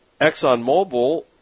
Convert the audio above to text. ExxonMobil